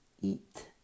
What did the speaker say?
eat